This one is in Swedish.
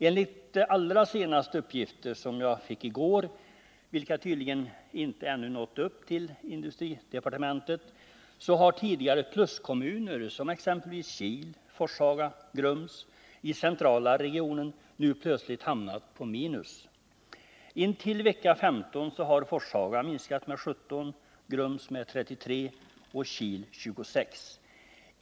Enligt de allra senaste uppgifterna, som jag fick i går och som tydligen ännu inte nått upp till industridepartementet, har tidigare pluskommuner som exempelvis Kil, Forshaga och Grums i centrala regionen nu plötsligt hamnat på minus. Intill vecka 15 har Forshaga minskat med 17 personer, Grums med 33 och Kil med 26.